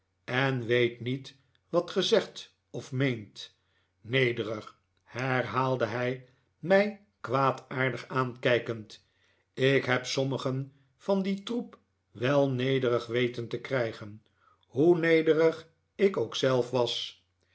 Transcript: en weet niet wat ge zegt of meent nederig herhaalde hij mij kwaadaardig aankijkend ik neb sommigen van dien troep wel nederig weten te krijgen hoe nederig ik ook zelf was